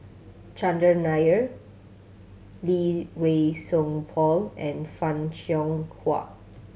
Chandran Nair Lee Wei Song Paul and Fan Shao Hua